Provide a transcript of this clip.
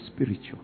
spiritual